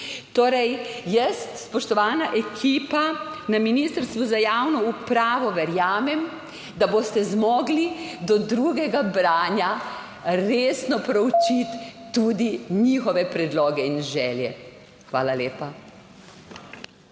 Torej, jaz, spoštovana ekipa na Ministrstvu za javno upravo, verjamem, da boste zmogli do drugega branja resno proučiti tudi njihove predloge in želje. Hvala lepa.